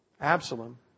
Absalom